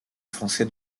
français